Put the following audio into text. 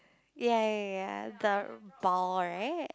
ya ya ya the ball right